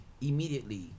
immediately